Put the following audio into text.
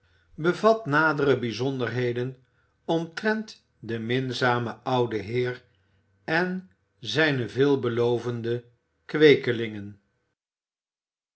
bbvat nadere bijzonderheden omtrent den minzamen ouden heer en zijne veelbelovende